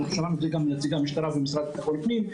ושמענו את זה גם מנציג המשטרה והמשרד לביטחון פנים,